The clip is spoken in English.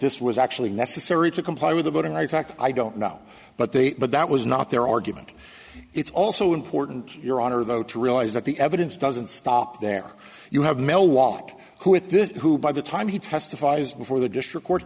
this was actually necessary to comply with the voting rights act i don't know but they but that was not their argument it's also important your honor though to realize that the evidence doesn't stop there you have mel walk who with this who by the time he testifies before the district court